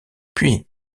puis